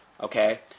okay